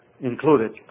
included